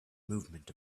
movement